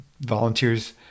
volunteers